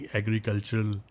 agricultural